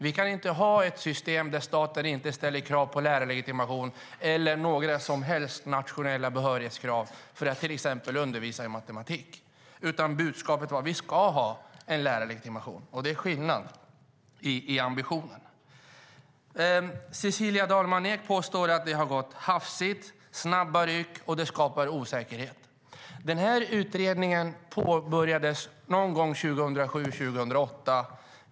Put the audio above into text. Det går inte att ha ett system där staten inte ställer krav på lärarlegitimation eller några som helst nationella behörighetskrav för att till exempel undervisa i matematik. Budskapet var att vi ska ha en lärarlegitimation. Det är skillnad i ambitionen. Cecilia Dalman Eek påstår att det har varit hafsigt, snabba ryck och osäkerhet. Utredningen påbörjades någon gång under 2007-2008.